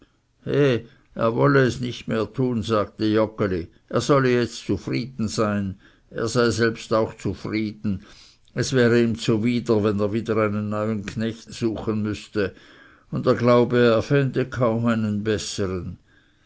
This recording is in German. er wolle es nicht mehr tun sagte joggeli er solle jetzt zufrieden sein er selbst sei auch zufrieden und es wäre ihm zwider wenn er wieder um einen neuen knecht aus müßte und er glaube er fände kaum einen bessern